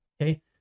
okay